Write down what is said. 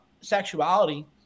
sexuality